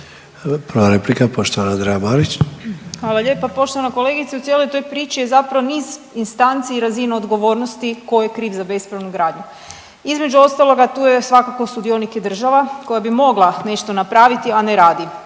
Marić. **Marić, Andreja (SDP)** Hvala lijepa. Poštovana kolegice u cijeloj toj priči je zapravo niz instanci i razina odgovornosti tko je kriv za bespravnu gradnju. Između ostaloga tu je svakako sudionik i država koja bi mogla nešto napraviti, a ne radi.